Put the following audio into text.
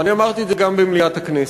אני אמרתי את זה גם במליאת הכנסת.